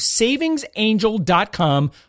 savingsangel.com